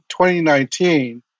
2019